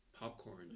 popcorn